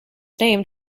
named